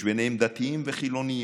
יש ביניהם דתיים וחילונים,